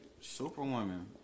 superwoman